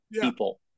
people